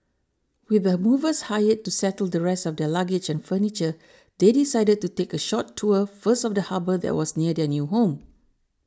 with the movers hired to settle the rest of their luggage and furniture they decided to take a short tour first of the harbour that was near their new home